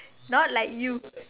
not like you